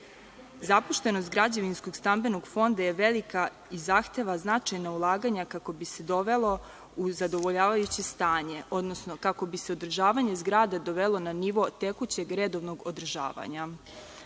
građevinskog stambenog fonda je velika i zahteva značajna ulaganja kako bi se dovelo u zadovoljavajuće stanje, odnosno kako bi se održavanje zgrada dovelo na nivo tekućeg redovnog održavanja. Potrebno